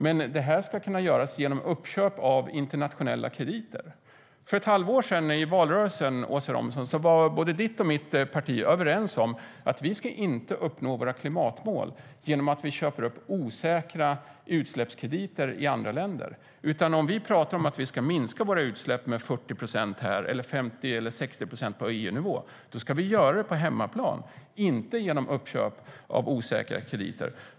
Dock ska det kunna göras genom uppköp av internationella krediter, trots att både ditt och mitt parti, Åsa Romson, i valrörelsen för ett halvår sedan var överens om att vi inte ska uppnå våra klimatmål genom att köpa upp osäkra utsläppskrediter i andra länder. Om vi pratar om att vi ska minska våra utsläpp med 40 procent här eller med 50 eller 60 procent på EU-nivå ska vi göra det på hemmaplan, inte genom uppköp av osäkra krediter.